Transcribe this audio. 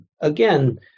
again